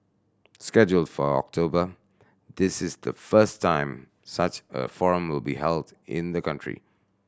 scheduled for October this is the first time such a forum will be held in the country